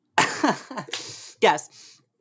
yes